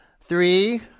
Three